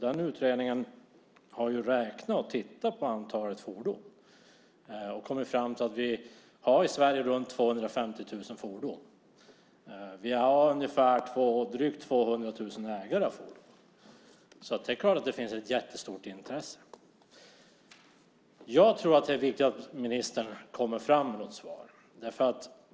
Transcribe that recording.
Den utredningen har räknat och tittat på antalet fordon, och den har kommit fram till att det finns omkring 250 000 fordon. Det finns drygt 200 000 ägare av fordon. Det är klart att det finns ett stort intresse. Det är viktigt att ministern ger något svar.